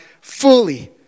fully